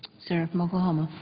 senator from oklahoma.